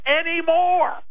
anymore